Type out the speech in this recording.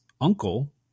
uncle